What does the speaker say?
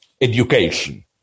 education